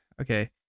Okay